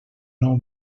nou